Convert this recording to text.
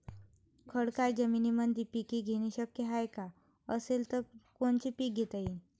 खडकाळ जमीनीमंदी पिके घेणे शक्य हाये का? असेल तर कोनचे पीक घेता येईन?